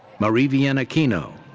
marievien aquino.